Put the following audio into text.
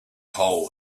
hole